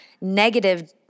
negative